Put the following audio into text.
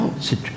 C'est